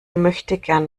möchtegern